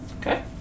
Okay